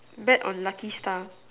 bet on lucky star